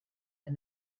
and